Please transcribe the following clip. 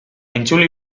entzule